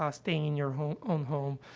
ah stay in your home own home.